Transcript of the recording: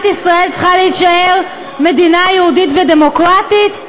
ישראל צריכה להישאר מדינה יהודית ודמוקרטית.